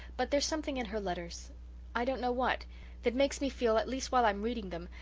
but there's something in her letters i don't know what that makes me feel at least while i'm reading them,